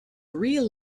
three